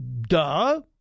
duh